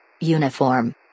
Uniform